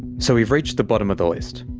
so we've reached the bottom of the list.